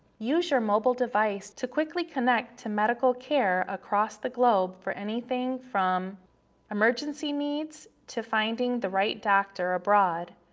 use your mobile device to quickly connect to medical care across the globe for anything from emergency needs to finding the right doctor abroad,